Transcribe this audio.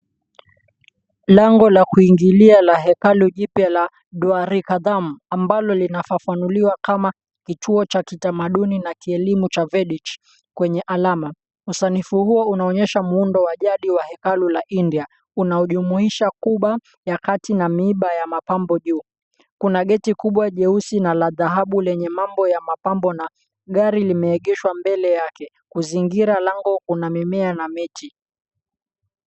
Lango la kuingilia la hekalu jipya la 'Dwarikatham', ambalo linafafanuliwa kama, kituo cha kitamaduni na kielimu cha 'Vedic' kwenye alama. Usanifu huo unaonyesha muundo wa jadi wa hekalu la India, unaojumuisha kuba ya kati na miiba ya mapambo juu. Kuna gate kubwa jeusi na la dhahabu lenye mambo ya mapambo na gari limeegeshwa mbele yake. Kuzingira lango kuna mimea na miti.